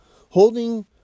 holding